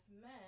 men